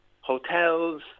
hotels